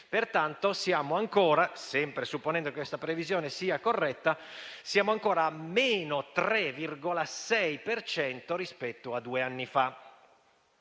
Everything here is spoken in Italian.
Pertanto, sempre supponendo che questa previsione sia corretta, siamo ancora a meno 3,6 per cento rispetto a due anni fa.